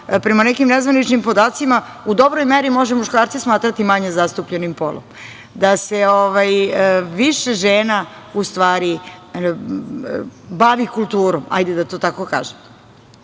prema nekim nezvaničnim podacima u dobroj meri možemo muškarce smatrati manje zastupljenim polom, da se više žena u stvari bavi kulturom, hajde da to tako kažem. Juče